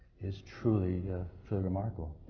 is truly truly remarkable.